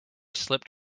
slipped